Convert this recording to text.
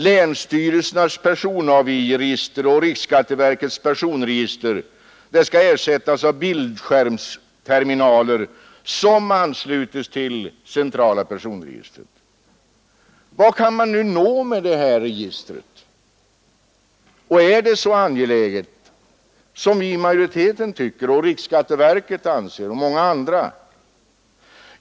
Länsstyrelsernas personavi Nr 63 register och riksskatteverkets personnummerregister skall ersättas av Fredagen den bildskärmsterminaler som ansluts till centrala personregistret. 21 april 1972 Vad kan man nu nå med det här registret? Och är det så SHPCIÄGEE SÖ Srem vi inom utskottsmajoriteten tycker och riksskatteverket och många andra Inrättande av ett anser?